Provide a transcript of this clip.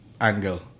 angle